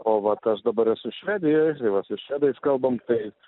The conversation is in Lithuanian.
o vat aš dabar esu švedijoj ir va su švedais kalbam tai